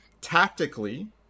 tactically